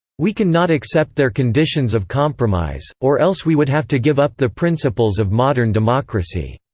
we can not accept their conditions of compromise, or else we would have to give up the principles of modern democracy.